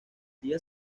día